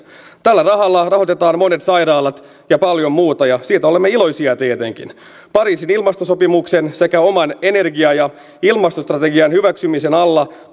tällä rahalla rahoitetaan monet sairaalat ja paljon muuta ja siitä olemme iloisia tietenkin pariisin ilmastosopimuksen sekä oman energia ja ilmastostrategian hyväksymisen alla